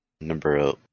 Number